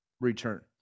return